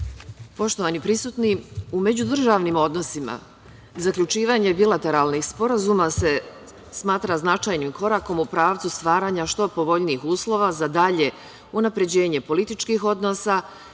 Poštovani prisutni, u međudržavnim odnosima zaključivanje bilateralnih sporazuma se smatra značajnim korakom u pravcu stvaranja što povoljnijih uslova za dalje unapređenje političkih odnosa